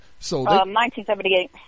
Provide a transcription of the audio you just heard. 1978